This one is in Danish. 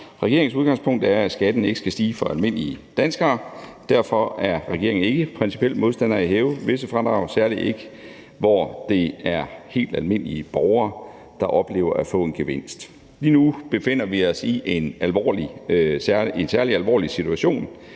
Regeringens udgangspunkt er, at skatten ikke skal stige for almindelige danskere, og derfor er regeringen ikke principielt modstandere af at hæve visse fradrag, særlig ikke der, hvor det er helt almindelige borgere, der oplever at få en gevinst. Lige nu befinder vi os i en særlig alvorlig situation,